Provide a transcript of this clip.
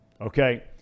Okay